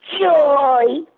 Joy